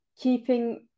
keeping